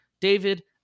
David